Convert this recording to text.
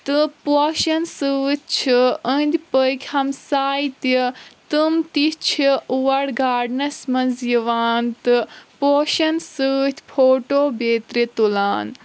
تہٕ پوشن سۭتۍ چھِ أنٛدۍ پٔکۍ ہمساے تہِ تٔمۍ تہِ چھِ اور گاڈنس منٛز یِوان تہٕ پوشن سۭتۍ فوٹو بیترِ تُلان